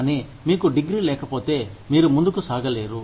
కానీ మీకు డిగ్రీ లేకపోతే మీరు ముందుకు సాగలేరు